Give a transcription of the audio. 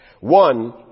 One